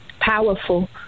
Powerful